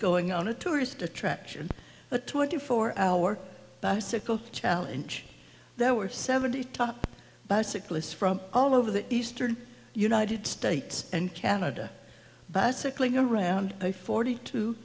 going on a tourist attraction the twenty four hour bicycle challenge there were seventy top bicyclists from all over the eastern united states and canada bicycling around i forty t